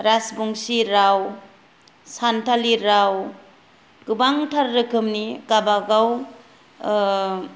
राजबंसि राव सान्थालि राव गोबांथार रोखोमनि गावबा गाव